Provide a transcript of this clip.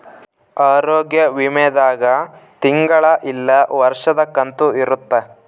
ಆರೋಗ್ಯ ವಿಮೆ ದಾಗ ತಿಂಗಳ ಇಲ್ಲ ವರ್ಷದ ಕಂತು ಇರುತ್ತ